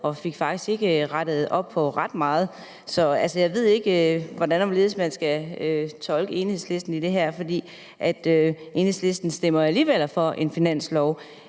og faktisk ikke fik rettet op på ret meget. Så jeg ved ikke, hvordan og hvorledes man skal tolke Enhedslisten, for Enhedslisten stemmer alligevel for en finanslov